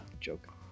joke